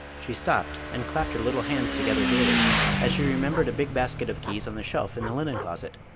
she stopped and clapped her little hands together gayly as she remembered a big basket of keys on the shelf in the linen closet.